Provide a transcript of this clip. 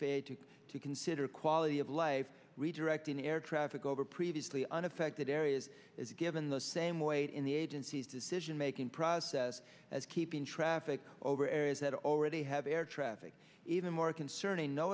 a to consider quality of life redirecting air traffic over previously unaffected areas as a given the same weight in the agency's decision making process as keeping traffic over areas that already have air traffic even more concerning no